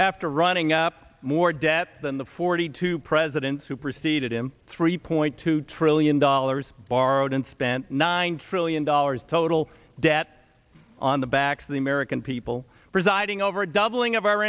after running up more debt than the forty two presidents who preceded him three point two trillion dollars borrowed and spent nine trillion dollars total debt on the backs of the american people presiding over a doubling of our